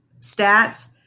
stats